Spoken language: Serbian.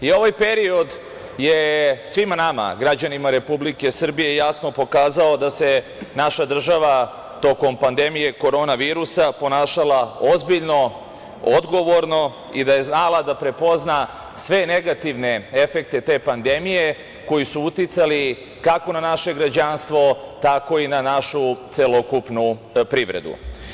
Ovaj period je svima nama građanima Republike Srbije jasno pokazao da se naša država tokom pandemije korona virusa ponašala ozbiljno, odgovorno i da je znala da prepozna sve negativne efekte te pandemije koji su uticali kako na naše građanstvo, tako i na našu celokupnu privredu.